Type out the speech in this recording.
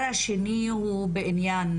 הדבר השני הוא בעניין,